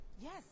Yes